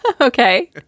Okay